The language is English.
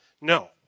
no